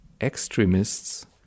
extremists